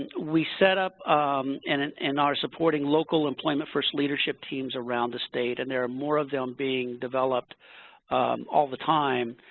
we set up um and and in our supporting local employment first leadership teams around the state, and there are more of them being developed all the time,